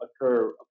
occur